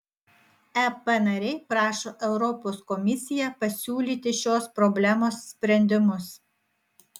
ep nariai prašo europos komisiją pasiūlyti šios problemos sprendimus